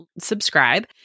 subscribe